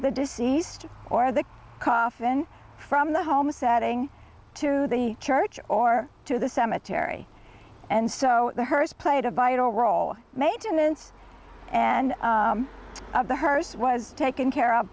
the deceased or the coffin from the home setting to the church or to the cemetery and so the hearse played a vital role made to mince and of the hearse was taken care of